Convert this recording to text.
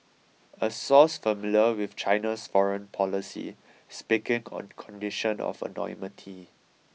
a source familiar with China's foreign policy speaking on condition of anonymity